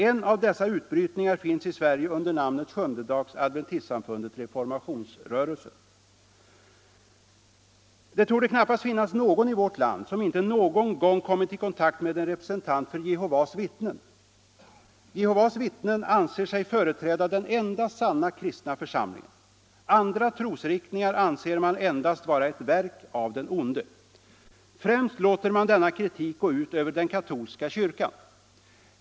En av dessa utbrytningar finns i Sverige under namnet Sjundedags Adventistsamfundet Reformationsrörelsen. Det torde knappast finnas någon i vårt land som inte någon gång kommit i kontakt med en representant för Jehovas vittnen. Jehovas vittnen anser sig företräda den enda sanna kristna församlingen. Andra trosriktningar anser man endast vara ett verk av den Onde. Främst låter man denna kritik gå ut över den katolska kyrkan.